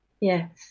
Yes